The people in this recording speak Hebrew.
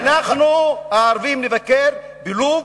שאנחנו הערבים נבקר בלוב,